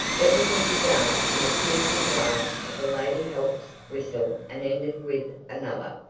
everything began with a piercing blast of the lady-help's whistle and ended with another.